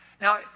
Now